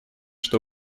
что